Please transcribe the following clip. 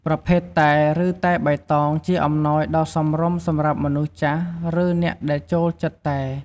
ប្រភេទតែ ឬតែបៃតងជាអំណោយដ៏សមរម្យសម្រាប់មនុស្សចាស់ឬអ្នកដែលចូលចិត្តតែ។